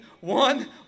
one